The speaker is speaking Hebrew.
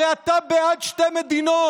הרי אתה בעד שתי מדינות,